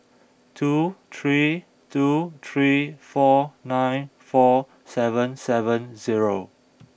two three two three four nine four seven seven zero